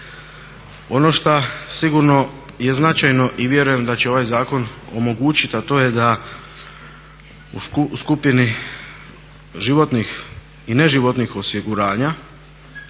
Ono što sigurno je značajno i vjerujem da će ovaj zakon omogućiti, a to je da u skupini životnih i neživotnih osiguranja